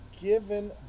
given